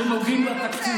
הם אפילו לא פותחים את זה.